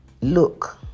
Look